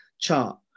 chart